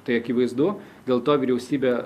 tai akivaizdu dėl to vyriausybė